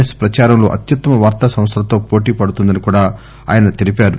yes ప్రపంచంలో అత్యుత్తమ వార్తా సంస్దలతో పోటీ పడుతుందని కూడా ఆయన తెలిపారు